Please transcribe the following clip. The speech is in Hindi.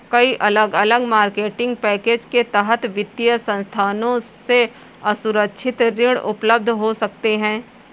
कई अलग अलग मार्केटिंग पैकेज के तहत वित्तीय संस्थानों से असुरक्षित ऋण उपलब्ध हो सकते हैं